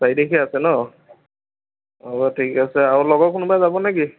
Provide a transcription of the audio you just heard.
চাৰি তাৰিখে আছে ন হ'ব ঠিক আছে আৰু লগৰ কোনোবা যাব নে কি